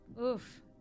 Oof